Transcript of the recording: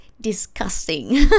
disgusting